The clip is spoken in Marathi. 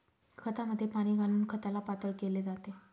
खतामध्ये पाणी घालून खताला पातळ केले जाते